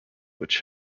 which